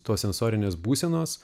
tos sensorinės būsenos